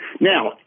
Now